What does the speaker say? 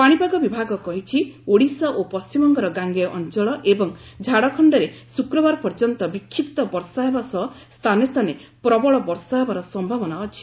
ପାଣିପାଗ ବିଭାଗ କହିଛି ଓଡ଼ିଶା ଓ ପଶ୍ଚିମବଙ୍ଗର ଗାଙ୍ଗେୟ ଅଞ୍ଚଳ ଏବଂ ଝାଡ଼ଖଣ୍ଡରେ ଶ୍ରକ୍ବାର ପର୍ଯ୍ୟନ୍ତ ବିକ୍ଷିପ୍ତ ବର୍ଷା ହେବା ସହ ସ୍ଥାନେ ସ୍ଥାନେ ପ୍ରବଳ ବର୍ଷା ହେବାର ସମ୍ଭାବନା ଅଛି